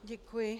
Děkuji.